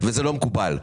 וזה לא מקובל.